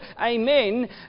amen